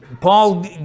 Paul